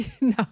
No